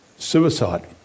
Suicide